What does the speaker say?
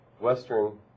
Western